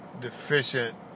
deficient